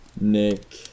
Nick